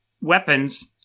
weapons